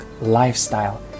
lifestyle